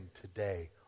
today